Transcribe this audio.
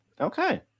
Okay